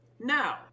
Now